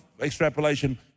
extrapolation